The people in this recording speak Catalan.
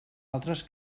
altres